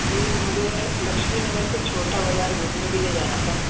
جی مجھے لکشمی نگر سے چھوٹا بازار گھومنے کے لیے جانا تھا